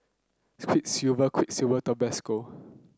Quiksilver Quiksilver Tabasco